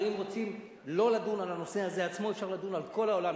הרי אם רוצים לא לדון על הנושא הזה עצמו אפשר לדון על כל העולם,